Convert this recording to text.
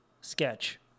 sketch